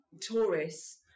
tourists